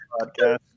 podcast